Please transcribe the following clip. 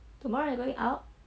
tomorrow you going out